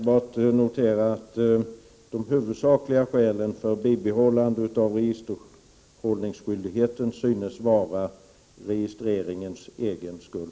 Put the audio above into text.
Herr talman! Låt mig enbart notera att man vill bibehålla registerhållningsskyldigheten huvudsakligen för registreringens egen skull.